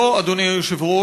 זו, אדוני היושב-ראש,